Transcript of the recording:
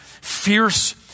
fierce